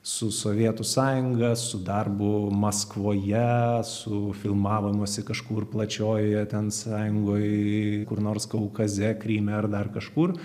su sovietų sąjunga su darbu maskvoje su filmavimosi kažkur plačiojoje ten sąjungoj kur nors kaukaze kryme ar dar kažkur